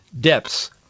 depths